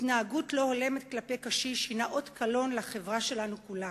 התנהגות לא הולמת כלפי קשיש היא אות קלון לחברה שלנו כולה.